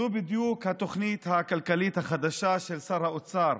זו בדיוק התוכנית הכלכלית החדשה של שר האוצר,